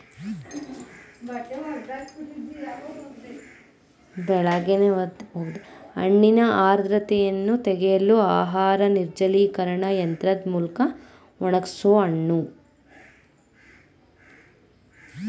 ಹಣ್ಣಿನ ಆರ್ದ್ರತೆಯನ್ನು ತೆಗೆಯಲು ಆಹಾರ ನಿರ್ಜಲೀಕರಣ ಯಂತ್ರದ್ ಮೂಲ್ಕ ಒಣಗ್ಸೋಹಣ್ಣು